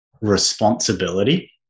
responsibility